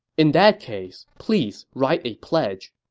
in that case, please write a pledge.